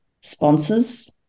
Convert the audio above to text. sponsors